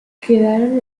quedaron